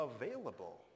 available